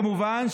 כמובן,